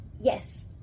Yes